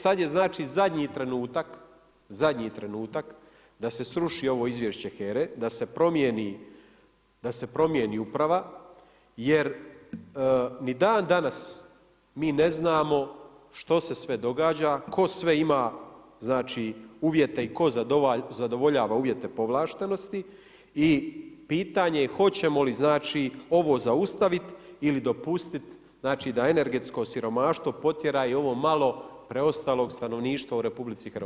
Sad je zadnji trenutak, zadnji trenutak da se sruši ovo izvješće HERA-e, da se promijeni uprava jer ni dandanas mi ne znamo što se sve događa, tko sve ima uvjete i tko sve zadovoljava uvjete povlaštenosti i pitanje hoćemo li ovo zaustaviti ili dopustiti da energetsko siromaštvo potjera i ovo malo preostalog stanovništva u RH.